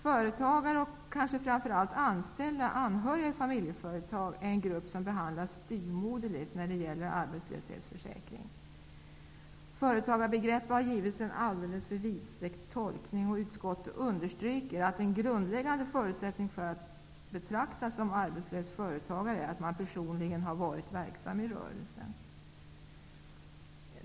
Företagare och kanske framför allt anställda anhöriga i familjeföretag är en grupp som behandlats styvmoderligt när det gäller arbetslöshetsförsäkring. Företagarbegreppet har givits en alldeles för vidsträckt tolkning. Utskottet understryker att en grundläggande förutsättning för att man skall betraktas som arbetslös företagare är att man personligen har varit verksam i rörelsen.